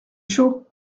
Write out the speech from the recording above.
chaud